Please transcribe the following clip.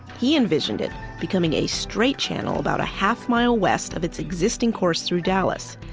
he envisioned it becoming a straight channel about a half-mile west of its existing course through dallas.